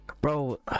Bro